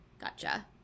gotcha